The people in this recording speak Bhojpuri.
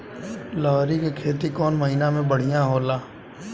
लहरी के खेती कौन महीना में बढ़िया होला?